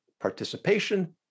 participation